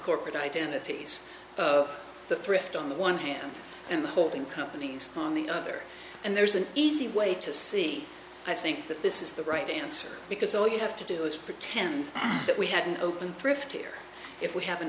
corporate identities the thrift on the one hand and the holding companies on the other and there's an easy way to see i think that this is the right answer because all you have to do is pretend that we had an open thrift here if we have an